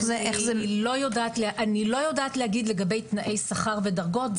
אני לא יודעת להגיד לגבי תנאי שכר ודרגות.